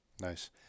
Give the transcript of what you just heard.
Nice